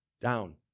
down